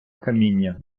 каміння